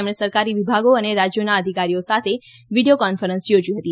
તેમણે સરકારી વિભાગો અને રાજ્યોના અધિકારીઓ સાથે વીડીયો કોન્ફરન્સ યોજી હતી